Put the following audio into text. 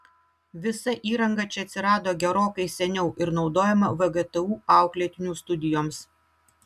visa įranga čia atsirado gerokai seniau ir naudojama vgtu auklėtinių studijoms